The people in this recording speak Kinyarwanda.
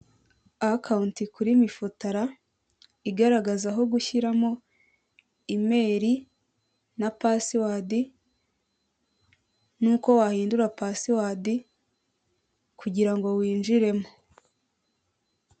Konte kuri mifotara igaragaza aho gushyiramo imeri na pasiwadi nuko wahindura pasiwadi kugirango winjiremo .